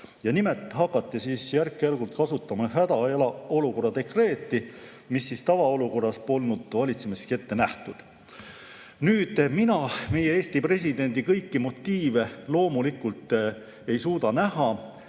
Nimelt hakati järk-järgult kasutama hädaolukorra dekreeti, mis tavaolukorras polnud valitsemiseks ette nähtud. Nüüd, mina meie Eesti presidendi kõiki motiive loomulikult ei suuda näha,